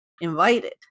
invited